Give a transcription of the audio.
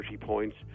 points